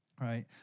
Right